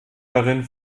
darin